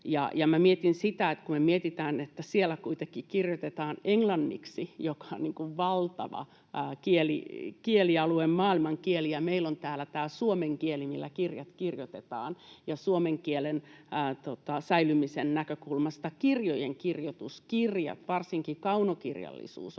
mietitään, että siellä kuitenkin kirjoitetaan englanniksi, joka on valtava kielialue, maailmankieli, ja meillä on täällä tämä suomen kieli, millä kirjat kirjoitetaan, niin suomen kielen säilymisen näkökulmasta kirjojen kirjoitus, kirjat, varsinkin kaunokirjallisuus,